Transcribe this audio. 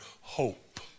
hope